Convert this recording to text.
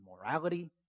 morality